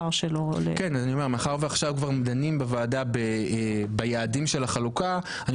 מאחר ועכשיו דנים בוועדה ביעדים של החלוקה,